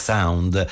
Sound